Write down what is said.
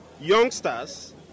youngsters